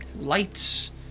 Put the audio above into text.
lights